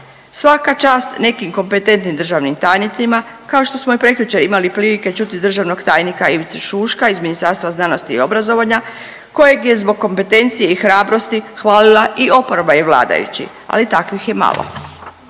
Svaka čast nekim kompetentnim državnim tajnicima, kao što smo i prekjučer imali prilike čuti državnog tajnika Ivicu Šuška iz Ministarstva znanosti i obrazovanja kojeg je zbog kompetencije i hrabrosti hvalila i oporba i vladajući, ali takvih je malo.